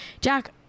Jack